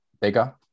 bigger